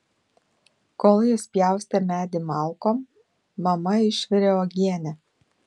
kol jis pjaustė medį malkom mama išvirė uogienę